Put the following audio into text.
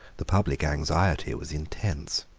the public anxiety was intense.